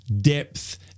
depth